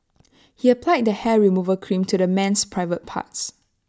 he applied the hair removal cream to the man's private parts